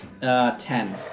Ten